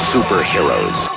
superheroes